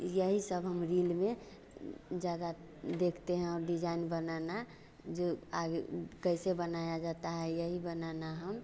यही सब हम रील में ज़्यादा देखते हैं और डिजाइन बनाना जो आगे ऊ कैसे बनाया जाता है यही बनाना हम